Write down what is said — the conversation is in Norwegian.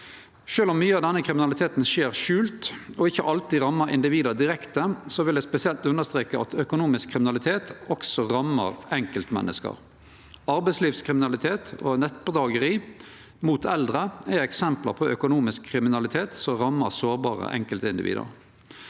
Sjølv om mykje av denne kriminaliteten skjer skjult og ikkje alltid rammar individ direkte, vil eg spesielt understreke at økonomisk kriminalitet også rammar enkeltmenneske. Arbeidslivskriminalitet og nettbedrageri mot eldre er eksempel på økonomisk kriminalitet som rammar sårbare enkeltindivid.